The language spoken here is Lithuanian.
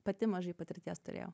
pati mažai patirties turėjau